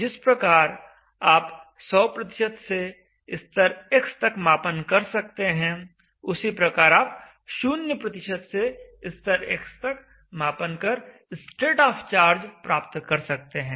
जिस प्रकार आप 100 से स्तर x तक मापन कर सकते हैं उसी प्रकार आप 0 से स्तर x तक मापन कर स्टेट ऑफ चार्ज प्राप्त कर सकते हैं